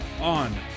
on